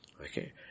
Okay